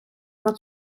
над